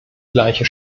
gleiche